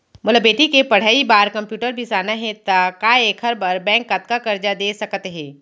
मोला बेटी के पढ़ई बार कम्प्यूटर बिसाना हे त का एखर बर बैंक कतका करजा दे सकत हे?